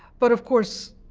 but of course,